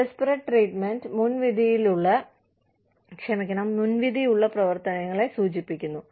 disparate treatment മുൻവിധിയുള്ള പ്രവർത്തനങ്ങളെ സൂചിപ്പിക്കുന്നു